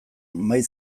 mahai